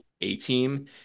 A-team